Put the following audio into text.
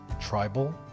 Tribal